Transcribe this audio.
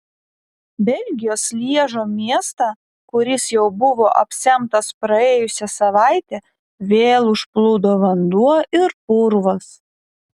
belgijos lježo miestą kuris jau buvo apsemtas praėjusią savaitę vėl užplūdo vanduo ir purvas